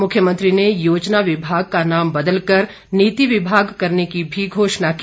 मुख्यमंत्री ने योजना विभाग का नाम बदलकर नीति विभाग करने की भी घोषणा की